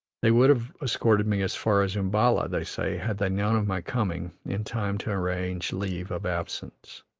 they would have escorted me as far as umballa, they say, had they known of my coming in time to arrange leave' of absence.